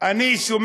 אני,